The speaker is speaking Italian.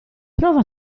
prova